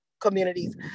communities